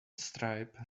stripe